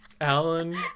Alan